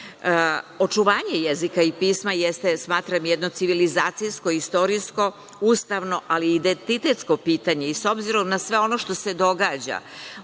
mesto. Očuvanje jezika i pisma, smatram jedno civilizacijsko, istorijsko, ustavno, ali i identitetsko pitanje. S obzirom na sve ono što se događa